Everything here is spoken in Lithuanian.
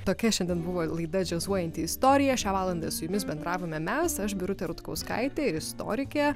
tokia šiandien buvo laida džiazuojanti istorija šią valandą su jumis bendravome mes aš birutė rutkauskaitė ir istorikė